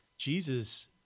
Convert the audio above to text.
Jesus